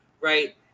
Right